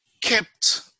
kept